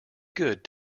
good